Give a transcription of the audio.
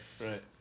right